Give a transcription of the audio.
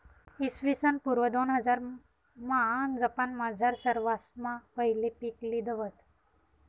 इसवीसन पूर्व दोनहजारमा जपानमझार सरवासमा पहिले पीक लिधं व्हतं